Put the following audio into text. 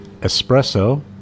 espresso